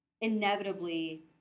inevitably